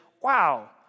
wow